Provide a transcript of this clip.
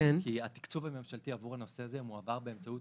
כי התקצוב הממשלתי עבור הנושא הזה מועבר באמצעות